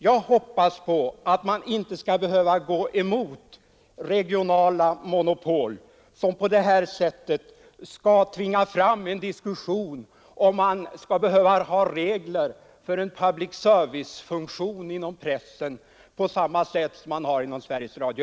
Jag hoppas att man inte skall behöva gå emot regionala monopol som på det här sättet skall tvinga fram en diskussion om huruvida vi skall behöva ha regler för en public service-funktion inom pressen på samma sätt som man har inom Sveriges Radio.